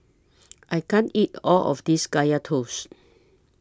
I can't eat All of This Kaya Toast